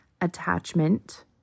Attachment